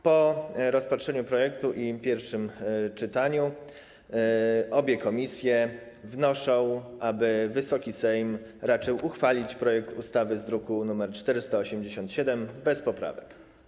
Po rozpatrzeniu projektu i po pierwszym czytaniu obie komisje wnoszą, aby Wysoki Sejm raczył uchwalić projekt ustawy z druku nr 487 bez poprawek.